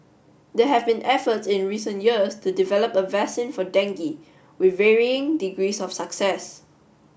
they have been efforts in recent years to develop a vaccine for dengue with varying degrees of success